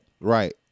Right